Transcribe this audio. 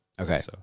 Okay